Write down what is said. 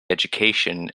education